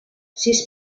sis